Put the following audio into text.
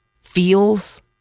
feels